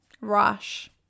rush